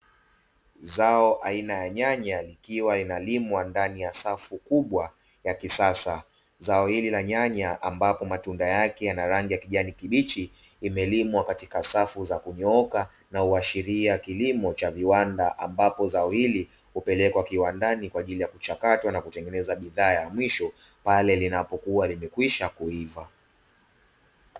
Zao aina ya nyanya, likiwa linalimwa ndani ya safu kubwa ya kisasa. Zao hili la nyanya ambapo matunda yake yana rangi ya kijani kibichi, imelimwa katika safu za kunyooka na huashiria kilimo cha viwanda, ambapo zao hili hupelekwa kiwandani kwa ajili ya kuchakatwa na kutengeneza bidhaa ya mwisho pale linapokua limekwisha kuiva.